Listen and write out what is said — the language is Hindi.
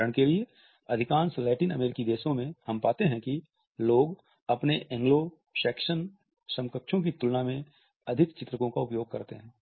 उदाहरण के लिए अधिकांश लैटिन अमेरिकी देशों में हम पाते हैं कि लोग अपने एंग्लो सैक्सन समकक्षों की तुलना में अधिक चित्रको का उपयोग करते हैं